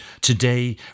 today